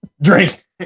Drink